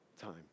time